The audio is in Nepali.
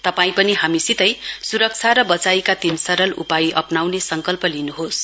तपाईं पनि हामीसितै सुरक्षा र बचाईका तीन सरल उपाय अप्नाउने संकल्प गर्न्होस